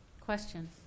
Questions